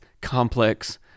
complex